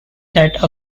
that